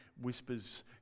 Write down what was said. whispers